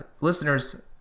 listeners